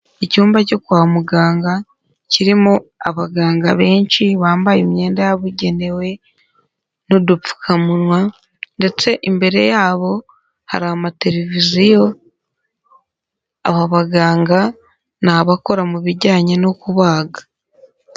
Icyumba cyo kwa muganga kirimo abaganga benshi bambaye imyenda yabugenewe n'udupfukamunwa, ndetse imbere yabo hari amateleviziyo, aba baganga ni abakora mu bijyanye no kubaga.